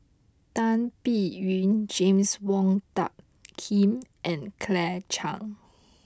Tan Biyun James Wong Tuck Yim and Claire Chiang